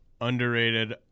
underrated